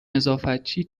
نظافتچی